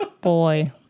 boy